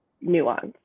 nuance